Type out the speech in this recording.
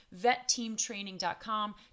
vetteamtraining.com